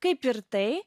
kaip ir tai